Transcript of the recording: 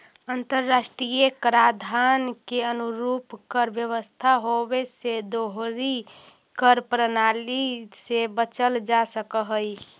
अंतर्राष्ट्रीय कराधान के अनुरूप कर व्यवस्था होवे से दोहरी कर प्रणाली से बचल जा सकऽ हई